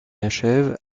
achève